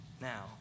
now